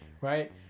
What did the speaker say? right